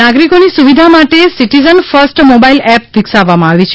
ઇ અરજી નાગરિકોની સુવિધા માટે સિટીઝન ફર્સ્ટ મોબાઇલ એપ વિકસાવવામાં આવી છે